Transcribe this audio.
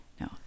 no